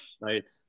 Right